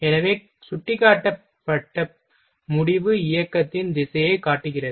எனவே சுட்டிக்காட்டப்பட்ட முடிவு இயக்கத்தின் திசையைக் காட்டுகிறது